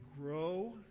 grow